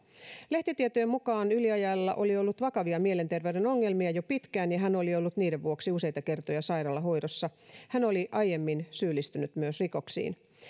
lehtitietojen mukaan yliajajalla oli ollut vakavia mielenterveyden ongelmia jo pitkään ja hän oli ollut niiden vuoksi useita kertoja sairaalahoidossa hän oli aiemmin syyllistynyt myös rikoksiin